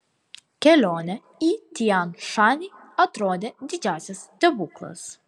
kelionė į tian šanį atrodė didžiausias stebuklas